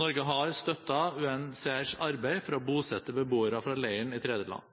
Norge har støttet UNHCRs arbeid for å bosette beboere fra leiren i tredjeland.